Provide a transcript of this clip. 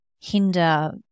hinder